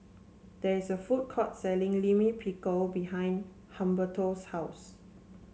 there is a food court selling Lime Pickle behind Humberto's house